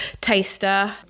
taster